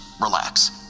relax